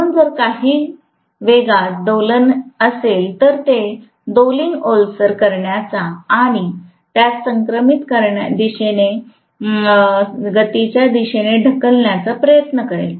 म्हणून जर वेगात काही दोलन असेल तर ते दोलिंग ओलसर करण्याचा आणि त्यास समक्रमित गतीच्या दिशेने ढकलण्याचा प्रयत्न करेल